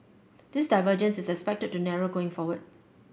this divergences is expected to narrow going forward